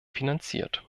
finanziert